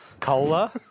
Cola